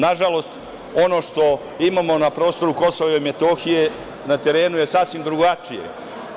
Nažalost, ono što imamo na prostoru Kosova i Metohije na terenu je sasvim drugačije.